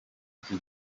iki